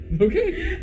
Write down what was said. Okay